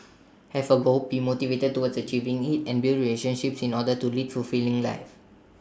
have A goal be motivated towards achieving IT and build relationships in order to lead fulfilling lives